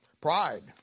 Pride